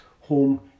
home